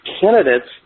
candidates